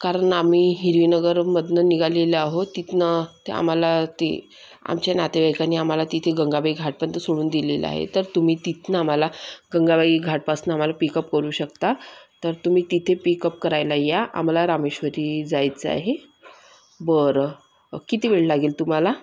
कारणआम्ही हिरवीनगरमधून निघालेलं आहोत तिथून ते आम्हाला ते आमच्या नातेवाईकांनी आम्हाला तिथे गंगाबाई घाटपर्यंत सोडून दिलेलं आहे तर तुम्ही तिथून आम्हाला गंगाबाई घाटपासून आम्हाला पिकअप करू शकता तर तुम्ही तिथे पिकअप करायला या आम्हाला रामेश्वरी जायचं आहे बरं किती वेळ लागेल तुम्हाला